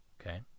Okay